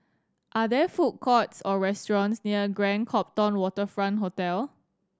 are there food courts or restaurants near Grand Copthorne Waterfront Hotel